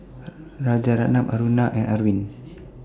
Rajaratnam Aruna and Arvind